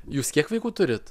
jūs kiek vaikų turit